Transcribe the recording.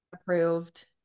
approved